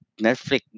Netflix